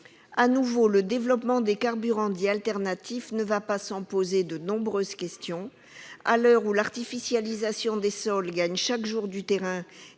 De nouveau, le développement des carburants dits alternatifs ne va sans poser de nombreuses questions. À l'heure où l'artificialisation des sols gagne chaque jour du terrain